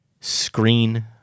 screen